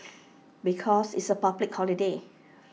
because it's A public holiday